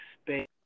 space